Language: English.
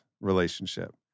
relationship